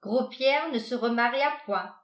gros pierre ne se remaria point